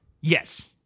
Yes